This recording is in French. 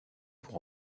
pour